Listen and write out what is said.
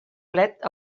plet